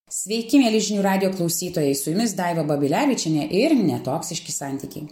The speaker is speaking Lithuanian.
sveiki mieli žinių radijo klausytojai su jumis daiva babilevičienė irgi ne toksiški santykiai